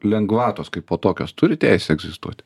lengvatos kaipo tokios turi teisę egzistuoti